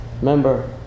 Remember